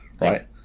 right